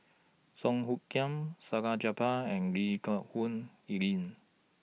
Song Hoot Kiam Salleh Japar and Lee Geck Hoon Ellen